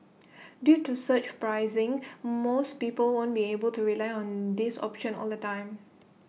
due to surge pricing most people won't be able to rely on this option all the time